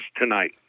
tonight